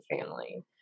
family